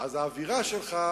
האווירה שלך,